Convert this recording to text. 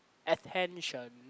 attention